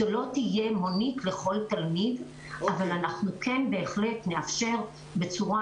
זאת לא תהיה מונית לכל תלמיד אבל אנחנו כן בהחלט נאפשר בצורה